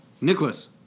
Nicholas